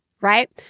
Right